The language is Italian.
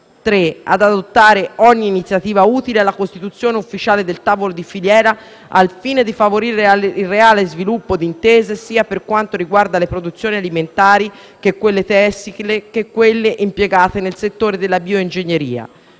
3) ad adottare ogni iniziativa utile alla costituzione ufficiale del tavolo di filiera al fine di favorire il reale sviluppo di intese sia per quanto riguarda le produzioni alimentari, sia quelle tessili, sia quelle impiegate nel settore della bioingegneria;